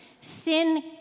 sin